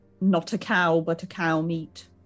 not-a-cow-but-a-cow-meat